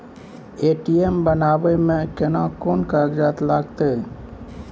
ATM बनाबै मे केना कोन कागजात लागतै?